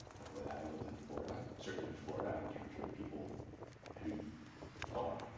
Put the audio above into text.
before that i lived in florida. certainly in florida, i encountered people who thought,